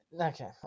Okay